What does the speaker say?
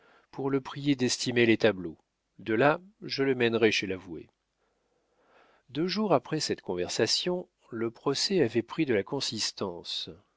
pour le prier d'estimer les tableaux de là je le mènerai chez l'avoué deux jours après cette conversation le procès avait pris de la consistance